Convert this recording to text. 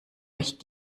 euch